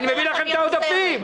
אביא לכם את העודפים.